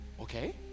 okay